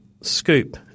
Scoop